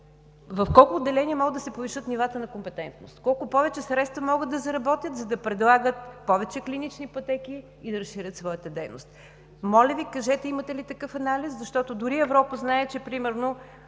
в колко отделения могат да се повишат нивата на компетентност, колко повече средства могат да заработят, за да предлагат повече клинични пътеки и да разширят своята дейност. Моля Ви, кажете имате ли такъв анализ, защото дори Европа знае, че примерно